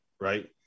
right